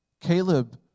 Caleb